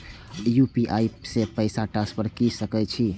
UPI से पैसा transfer की सके छी?